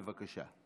בבקשה.